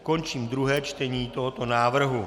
Končím druhé čtení tohoto návrhu.